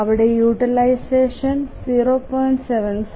അവിടെ യൂട്ടിലൈസഷൻ 0